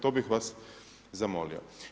To bih vas zamolio.